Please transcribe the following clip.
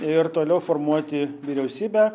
ir toliau formuoti vyriausybę